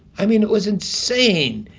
i mean, it was insane.